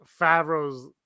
Favreau's